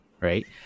right